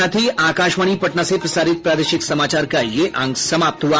इसके साथ ही आकाशवाणी पटना से प्रसारित प्रादेशिक समाचार का ये अंक समाप्त हुआ